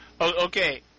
Okay